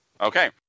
Okay